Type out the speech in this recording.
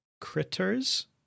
critters